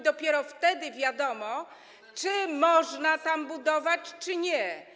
Dopiero wtedy wiadomo, czy można tam budować, czy nie.